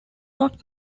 not